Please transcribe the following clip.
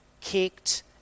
kicked